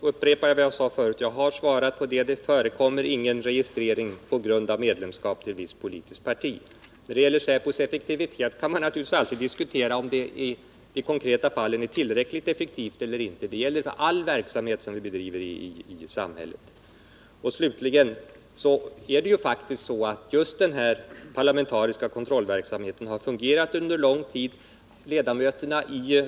upprepar jag vad jag sade förut. Jag har svarat på frågan. Det förekommer ingen registrering på grund av medlemskap i visst politiskt parti. Om säpos effektivitet är tillräcklig eller inte kan naturligtvis alltid diskuteras. Det gäller all verksamhet som vi bedriver i samhället. Slutligen vill jag säga att den parlamentariska kontrollverksamheten har fungerat underlång tid.